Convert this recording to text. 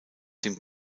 dem